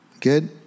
Good